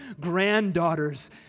granddaughter's